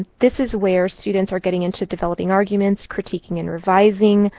this is where students are getting into developing arguments, critiquing and revising,